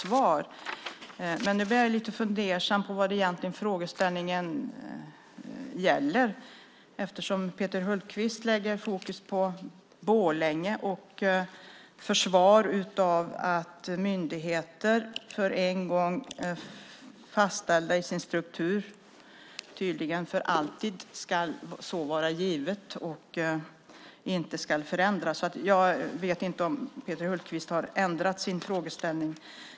Jag blir dock lite fundersam över vad frågeställningen egentligen gäller eftersom Peter Hultqvist nu fokuserar på Borlänge och försvaret av att myndigheter som en gång blivit fastställda i sin struktur tydligen för alltid ska så förbli, utan att förändras. Jag vet inte om Peter Hultqvist ändrat sin frågeställning.